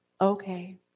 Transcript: okay